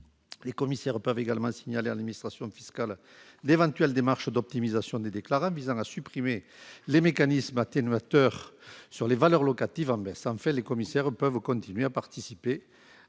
Les commissaires peuvent également signaler à l'administration fiscale d'éventuelles démarches d'optimisation des déclarants visant à supprimer les mécanismes atténuateurs sur des valeurs locatives en baisse. Enfin, les commissaires peuvent continuer de participer